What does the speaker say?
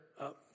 up